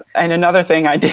and another thing i did